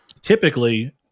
typically